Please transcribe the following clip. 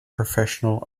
professional